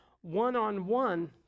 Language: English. one-on-one